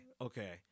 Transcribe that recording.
okay